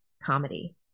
Comedy